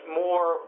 more